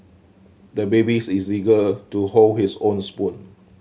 the babies is eager to hold his own spoon